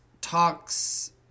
talks